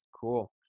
Cool